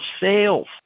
sales